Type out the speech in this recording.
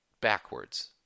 backwards